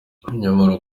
nyamara